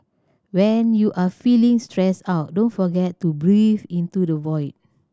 when you are feeling stressed out don't forget to breathe into the void